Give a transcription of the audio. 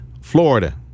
Florida